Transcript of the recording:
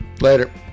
Later